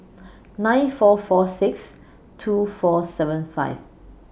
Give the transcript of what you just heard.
nine four four six two four seven five